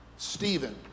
Stephen